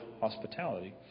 hospitality